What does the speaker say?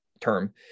term